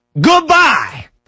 goodbye